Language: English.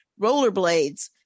rollerblades